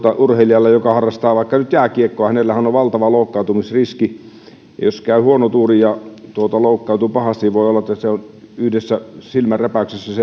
urheilijalla joka harrastaa vaikka nyt jääkiekkoa on valtava loukkaantumisriski jos käy huono tuuri ja loukkaantuu pahasti niin voi olla että se urheilijan ura on yhdessä silmänräpäyksessä